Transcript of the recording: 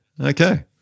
Okay